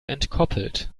entkoppelt